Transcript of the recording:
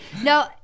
No